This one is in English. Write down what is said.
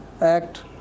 act